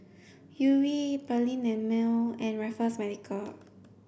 Yuri Perllini and Mel and Raffles Medical